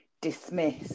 dismiss